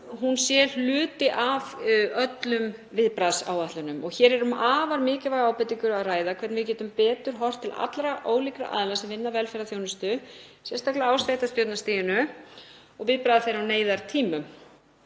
hún sé hluti af öllum viðbragðsáætlunum. Hér er um afar mikilvæga ábendingu að ræða, hvernig við getum betur horft til allra þeirra ólíku aðila sem sinna velferðarþjónustu, sérstaklega á sveitarstjórnarstiginu, og viðbragða þeirra á neyðartímum.